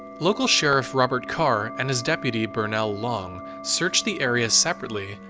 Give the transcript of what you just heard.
local sheriff robert carr and his deputy burnell long searched the area separately,